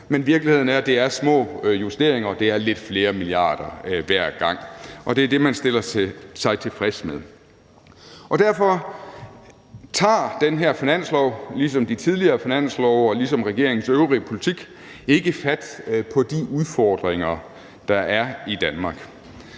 men virkeligheden er, at det er små justeringer, og at det er lidt flere milliarder kroner hver gang, og det er det, man stiller sig tilfreds med. Derfor tager den her finanslov ligesom de tidligere finanslove og ligesom regeringens øvrige politik ikke fat på de udfordringer, der er i Danmark,